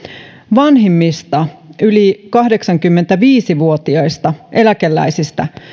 vanhimmista yli kahdeksankymmentäviisi vuotiaista eläkeläisistä